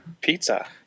Pizza